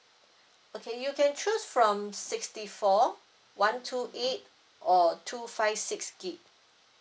okay you can choose from sixty four one two eight or two five six gig